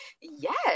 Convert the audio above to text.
Yes